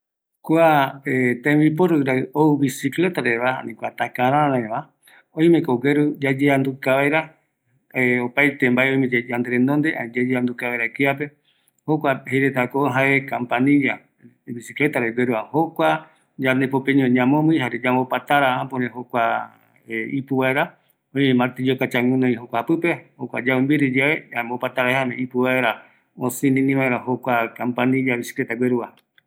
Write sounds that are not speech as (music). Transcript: ﻿Kua (hesitation) tembiporurai ou bicicleta reva, ani kua takarararëva, oimeko gueru yayeanduka vaera (hesitation) opaete mbae oimeyae yande rendonde, ani yayeanduka vaera kiape jokuape jeiretako jae kampanilla, bicicletare gueruva, jokua yandepopeño ñamomii jare jare yambo patara äpore (hesitation) ipuvaera, oime martillo kacha guinoi jokua japipe, jokua yaumbiriyae, jaema opatara je jaema ipu vaera osinini vaera jokua kampanilla bicicleta gueruva